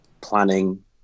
planning